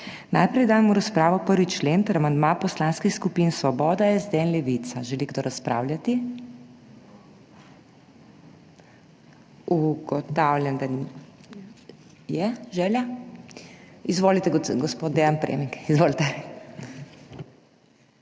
Najprej dajem v razpravo 1. člen ter amandma poslanskih skupin Svoboda, SD in Levica. Želi kdo razpravljati? Ugotavljam, da je želja. Izvolite, gospod Dean Premik. MAG.